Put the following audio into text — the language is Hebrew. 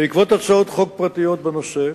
בעקבות הצעות חוק פרטיות בנושא,